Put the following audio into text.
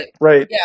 right